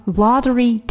lottery